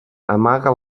amaga